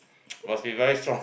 must be very strong